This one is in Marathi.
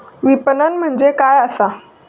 विपणन म्हणजे काय असा?